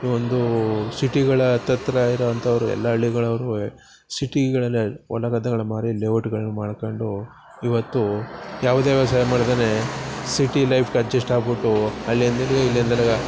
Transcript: ಒಂದು ಸಿಟಿಗಳ ಹತ್ತತ್ರ ಇರೋ ಅಂಥವ್ರು ಎಲ್ಲ ಹಳ್ಳಿಗಳ್ ಅವ್ರು ಸಿಟಿಗಳಲ್ಲೇ ಹೊಲ ಗದ್ದೆಗಳು ಮಾರಿ ಲೇಔಟುಗಳು ಮಾಡ್ಕೊಂಡು ಇವತ್ತು ಯಾವುದೇ ವ್ಯವಸಾಯ ಮಾಡದೇನೆ ಸಿಟಿ ಲೈಫ್ಗೆ ಅಡ್ಜಸ್ಟ್ ಆಗಿಬಿಟ್ಟು ಅಲ್ಲಿಂದ ಇಲ್ಲಿಗೆ ಇಲ್ಲಿಂದ ಅಲ್ಗೆ